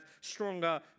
stronger